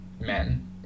men